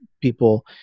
people